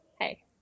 hey